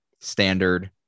standard